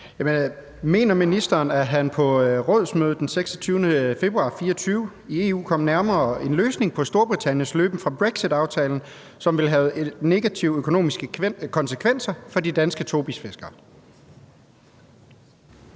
Mener ministeren, at han på rådsmødet den 26. februar 2024 kom nærmere en løsning på Storbritanniens løben fra brexitaftalen, som vil have negative økonomiske konsekvenser for danske tobisfiskere?